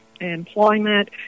employment